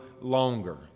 longer